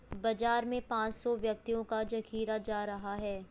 बाजार में पांच सौ व्यक्तियों का जखीरा जा रहा है